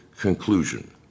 conclusion